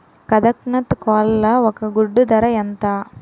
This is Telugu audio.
కదక్నత్ కోళ్ల ఒక గుడ్డు ధర ఎంత?